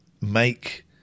make